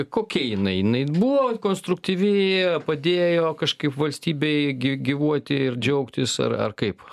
kokia jinai jinai buvo konstruktyvi padėjo kažkaip valstybei gy gyvuoti ir džiaugtis ar ar kaip